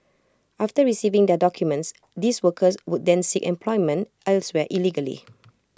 after receiving their documents these workers would then seek employment elsewhere illegally